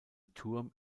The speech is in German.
turm